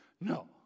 No